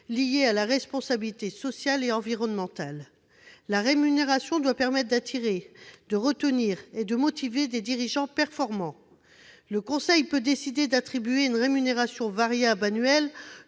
liés à la responsabilité sociale et environnementale. « La rémunération doit permettre d'attirer, de retenir et de motiver des dirigeants performants. « Le conseil peut décider d'attribuer une rémunération variable annuelle